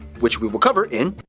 which we will cover in.